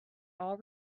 all